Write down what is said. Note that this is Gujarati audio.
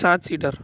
સાત સીટર